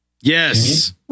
Yes